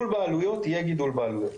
יהיה גידול בעלויות,